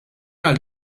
għal